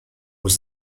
was